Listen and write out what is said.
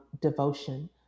devotion